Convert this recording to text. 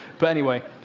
but anyway,